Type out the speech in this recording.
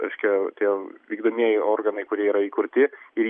reiškia tie vykdomieji organai kurie yra įkurti ir jie